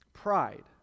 pride